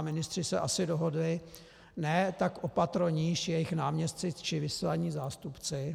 Ministři se asi dohodli ne, tak o patro níž, jejich náměstci či vyslaní zástupci.